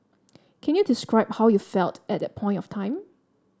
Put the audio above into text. can you describe how you felt at that point of time